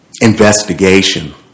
investigation